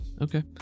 Okay